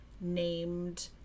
named